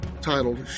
titled